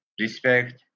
respect